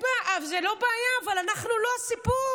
זו לא בעיה, אבל אנחנו לא הסיפור.